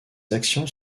actions